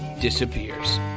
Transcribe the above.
disappears